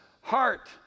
heart